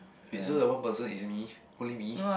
wait so the one person is me only me